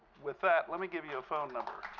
with that, let me give you a phone number.